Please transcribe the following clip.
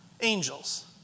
angels